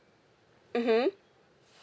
mmhmm